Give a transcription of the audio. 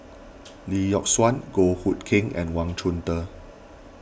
Lee Yock Suan Goh Hood Keng and Wang Chunde